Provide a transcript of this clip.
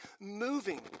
moving